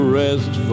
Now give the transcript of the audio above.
rest